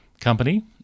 company